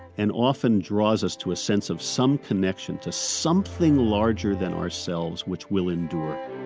and often draws us to a sense of some connection to something larger than ourselves which will endure